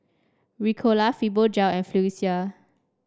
Ricola Fibogel and Floxia